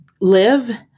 live